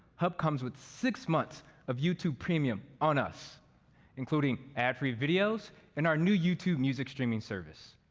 hub comes with six months of youtube premium on us including ad-free videos and our new youtube music streaming service.